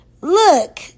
look